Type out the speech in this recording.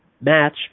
match